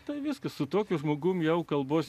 tai viskas su tokiu žmogumi jau kalbos